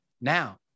now